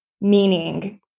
meaning